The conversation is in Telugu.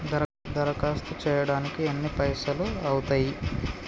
దరఖాస్తు చేయడానికి ఎన్ని పైసలు అవుతయీ?